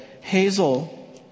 Hazel